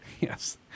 yes